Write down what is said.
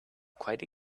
quite